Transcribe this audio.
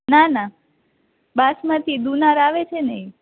ના ના બાસમતી દુનાર આવે છે ને ઇ